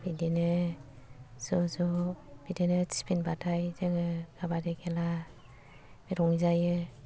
बिदिनो ज' ज' बिदिनो टिफिन बाथाय जोङो खाबादि खेला रंजायो